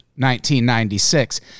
1996